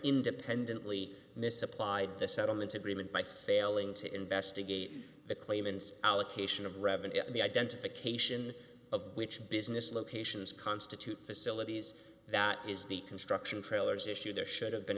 independently misapplied the settlement agreement by failing to investigate the claimants allocation of revenue and the identification of which business locations constitute facilities that is the construction trailers issue there should have been